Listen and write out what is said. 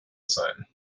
sein